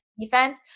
defense